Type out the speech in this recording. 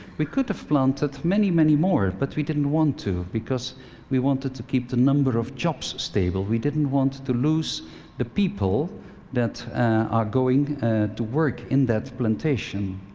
we could have planted many, many more, but we didn't want to because we wanted to keep the number of jobs stable. we didn't want to lose the people that are going to work in that plantation.